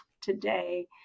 today